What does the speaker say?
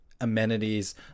amenities